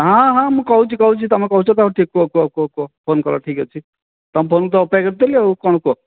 ହଁ ହଁ ମୁଁ କହୁଛି କହୁଛି ତମେ କହୁଛି ତ କୁହ କୁହ ଫୋନ କଲ ଠିକ୍ଅଛି ତମ ଫୋନକୁ ତ ଅପେକ୍ଷା କରିଥିଲି ଆଉ କଣ କୁହ